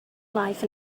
life